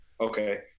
Okay